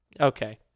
okay